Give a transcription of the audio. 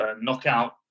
knockout